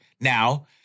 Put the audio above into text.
now